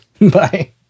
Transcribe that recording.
Bye